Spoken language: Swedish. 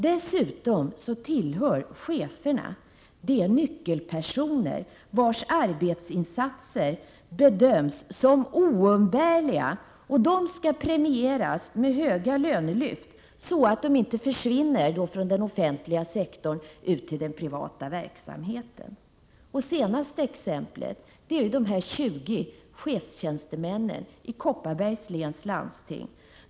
Dessutom är cheferna nyckelpersoner, vilkas arbetsinsatser bedöms som oumbärliga — och de skall premieras med höga lönelyft, så att de inte försvinner från den offentliga sektorn ut i den privata verksamheten. Det senaste exemplet är de 20 chefstjänstemännen i Kopparbergs läns landsting.